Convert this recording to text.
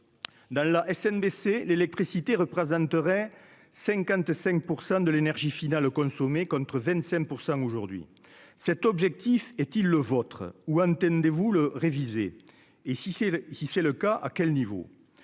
dans la SNPC l'électricité représenterait 55 % de l'énergie finale consommée, contre 25 % aujourd'hui, cet objectif est-il le vôtre ou antennes des vous le réviser et si c'est si c'est le cas à quel niveau,